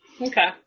Okay